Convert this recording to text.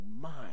mind